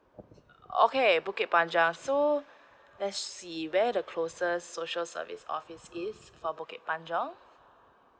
orh okay bukit panjang so let's see where the closest social service office is for bukit panjang